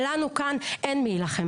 אבל לנו כאן אין מי יילחם